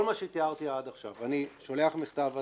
כל מה שתיארתי עד עכשיו אני שולח מכתב התראה,